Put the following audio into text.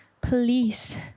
police